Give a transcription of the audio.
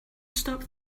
stop